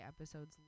episodes